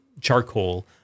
charcoal